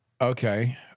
Okay